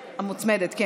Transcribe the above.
המוצמדת.